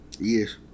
Yes